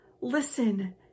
listen